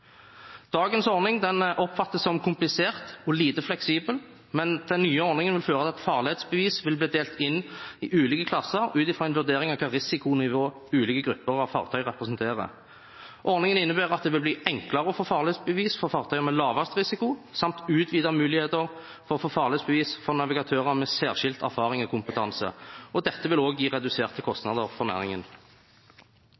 Dagens ordning oppfattes som komplisert og lite fleksibel, men den nye ordningen vil føre til at farledsbevis vil bli delt inn i ulike klasser ut fra en vurdering av hvilket risikonivå ulike grupper av fartøy representerer. Ordningen innebærer at det vil bli enklere å få farledsbevis for fartøyer med lavest risiko samt utvidede muligheter for å få farledsbevis for navigatører med særskilt erfaring og kompetanse. Dette vil også gi reduserte